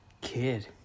kid